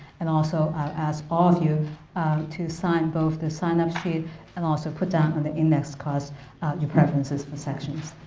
and also i'll ask all of you to sign both the sign-up sheet and also put down on the index cards your preferences for sections.